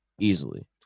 Easily